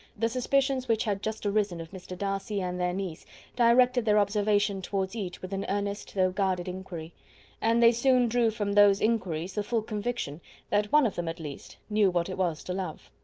the suspicions which had just arisen of mr. darcy and their niece directed their observation towards each with an earnest though guarded inquiry and they soon drew from those inquiries the full conviction that one of them at least knew what it was to love.